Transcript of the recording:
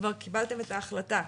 כבר קיבלתם את ההחלטה.